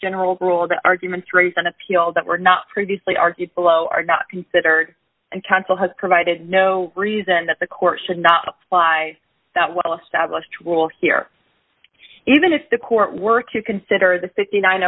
general rule that arguments raise on appeal that were not previously argued below are not considered and counsel has provided no reason that the court should not apply that well established rule here even if the court were to consider the fifty nine